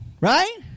Right